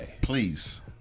Please